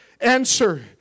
answer